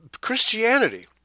Christianity